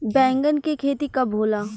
बैंगन के खेती कब होला?